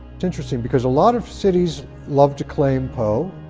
it's interesting because a lot of cities love to claim poe,